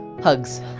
Hugs